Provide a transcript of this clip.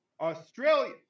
Australia